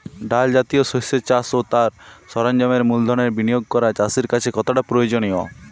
ডাল জাতীয় শস্যের চাষ ও তার সরঞ্জামের মূলধনের বিনিয়োগ করা চাষীর কাছে কতটা প্রয়োজনীয়?